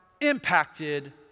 impacted